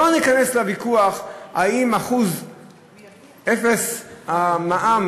לא ניכנס לוויכוח אם אפס אחוז מע"מ